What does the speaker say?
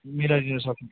मिलाइदिनु सक्नु